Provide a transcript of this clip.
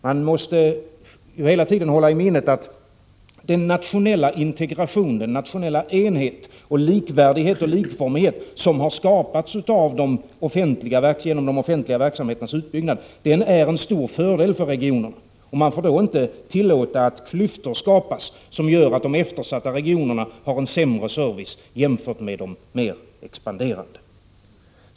Man måste hela tiden hålla i minnet att den nationella integration, enhet, likvärdighet och likformighet som har skapats genom de offentliga verksamheternas utbyggnad är en stor fördel för regionerna. Man får då inte tillåta att klyftor skapas som gör att de eftersatta regionerna får en sämre service jämfört med de mer expanderande.